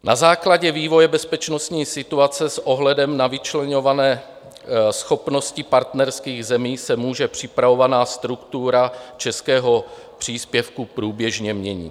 Na základě vývoje bezpečnostní situace s ohledem na vyčleňované schopnosti partnerských zemí se může připravovaná struktura českého příspěvku průběžně měnit.